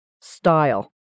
style